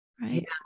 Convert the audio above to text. right